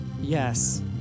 Yes